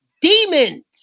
Demons